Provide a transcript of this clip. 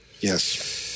Yes